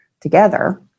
together